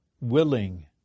willing